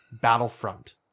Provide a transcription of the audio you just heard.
Battlefront